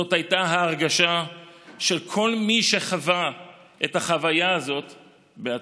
זאת הייתה ההרגשה של כל מי שחווה את החוויה הזאת בעצמו.